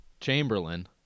Chamberlain